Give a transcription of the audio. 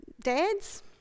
Dads